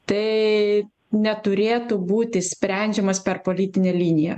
tai neturėtų būti sprendžiamas per politinę liniją